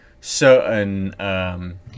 certain